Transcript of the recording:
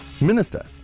Minister